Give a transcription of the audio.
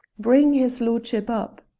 bring his lordship up.